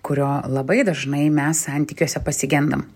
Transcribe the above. kurio labai dažnai mes santykiuose pasigendam